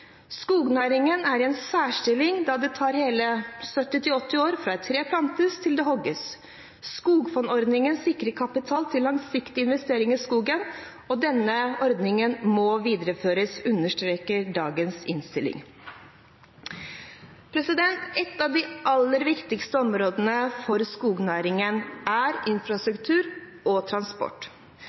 Skognæringen er i en særstilling, da det tar hele 70–80 år fra et tre plantes, til det hogges. Skogfondsordningen sikrer kapital til langsiktige investeringer i skogen. Denne ordningen må videreføres, understreker dagens innstilling. Et av de aller viktigste områdene for skognæringen er infrastruktur og transport.